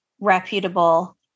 reputable